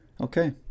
Okay